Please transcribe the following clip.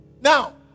Now